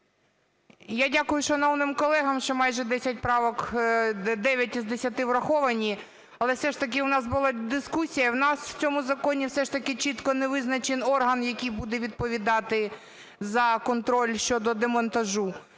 Я дякую шановним колегам, що майже 10 правок, 9 із 10 враховані. Але все ж таки у нас була дискусія, у нас в цьому законі все ж таки чітко не визначений орган, який буде відповідати за контроль щодо демонтажу.